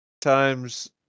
times